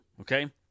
okay